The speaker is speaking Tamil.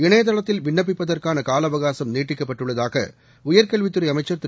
இணையதளத்தில் விண்ணப்பிப்பதற்கான காலஅவகாசம் நீட்டிக்கப்பட்டுள்ளதாக உயர்கல்வித் துறை அமைச்சர் திரு